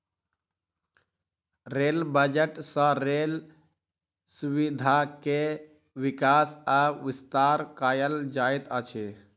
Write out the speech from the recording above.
rail budget सँ rail सुविधा के विकास आ विस्तार कयल जाइत अछि